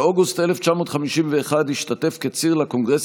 באוגוסט 1951 השתתף כציר בקונגרס